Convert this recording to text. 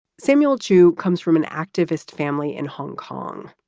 samuel chu comes from an activist family in hong kong.